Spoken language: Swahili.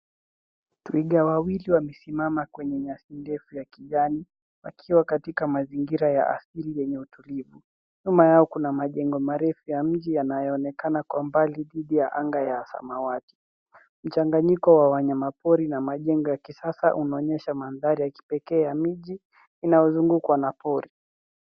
Twiga wawili wamesimama kwenye nyasi ndefu ya kijani, wakiwa katika mazingira ya asili yenye utulivu. Nyuma yao kuna majengo marefu ya mji yanayoonekana kwa mbali dhidi ya anga ya samawati. Mchanganyiko wa wanyama pori na majengo ya kisasa unaonyesha mandhari ya kipekee ya miji, inayozungukwa na pori.